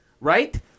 right